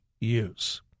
use